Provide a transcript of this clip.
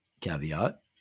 caveat